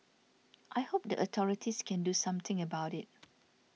I hope the authorities can do something about it